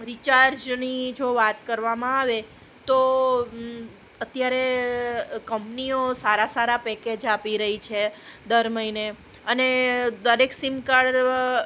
રીચાર્જની જો વાત કરવામાં આવે તો અત્યારે કંપનીઓ સારા સારા પેકેજ આપી રહી છે દરમહિને અને દરેક સીમકાર્ડ